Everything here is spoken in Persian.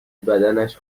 بدنش